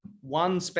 one